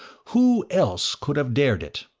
who else could have dared it?